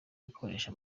gukoresha